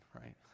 right